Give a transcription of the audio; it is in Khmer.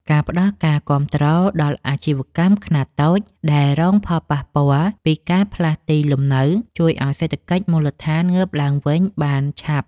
ការផ្តល់ការគាំទ្រដល់អាជីវកម្មខ្នាតតូចដែលរងផលប៉ះពាល់ពីការផ្លាស់ទីលំនៅជួយឱ្យសេដ្ឋកិច្ចមូលដ្ឋានងើបឡើងវិញបានឆាប់។